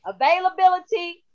Availability